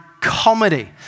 Comedy